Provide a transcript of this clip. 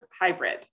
hybrid